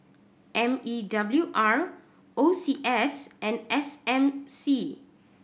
M E W R O C S and S M C